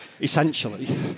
essentially